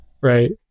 right